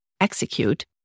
execute